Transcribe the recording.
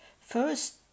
First